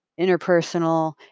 interpersonal